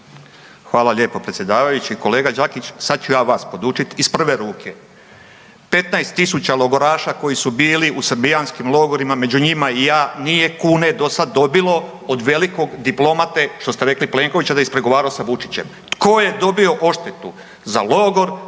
Hvala lijepo predsjedavajući. Kolega Đakić, sad ću ja vas podučiti iz prve ruke. 15000 logoraša koji su bili u srbijanskim logorima među njima i ja nije kune do sad dobilo od velikog diplomate što ste rekli Plenković da je ispregovarao sa Vučićem. Tko je dobio odštetu za logor?